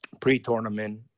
pre-tournament